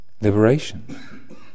liberation